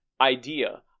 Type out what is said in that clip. idea